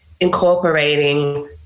incorporating